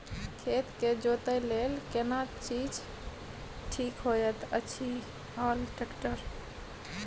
खेत के जोतय लेल केना चीज ठीक होयत अछि, हल, ट्रैक्टर?